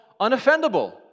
Unoffendable